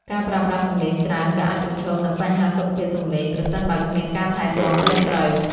ការប្រើប្រាស់សំឡេងច្រើនក៏អាចប្រឈមនឹង បញ្ហាសុខភាពសំឡេង ប្រសិនបើគ្មានការថែទាំត្រឹមត្រូវ។